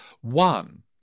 One